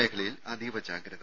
മേഖലയിൽ അതീവ ജാഗ്രത